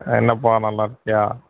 ஆ என்னப்பா நல்லாருக்கியா